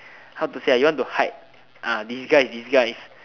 how to say ah you want to hide ah disguise disguise